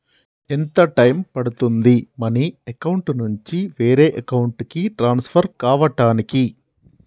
ఎంత టైం పడుతుంది money account నుంచి వేరే అకౌంట్ కి ట్రాన్స్ఫర్ కావటానికి?